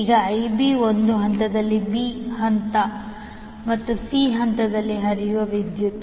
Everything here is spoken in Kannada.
ಈಗ 𝐈𝑏 ಒಂದು ಹಂತದಲ್ಲಿ B ಹಂತ ಮತ್ತು c ಹಂತದಲ್ಲಿ ಹರಿಯುವ ವಿದ್ಯುತ್